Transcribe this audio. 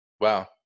wow